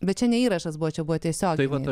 bet čia ne įrašas buvo čia buvo tiesiogiai tai vat